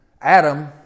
Adam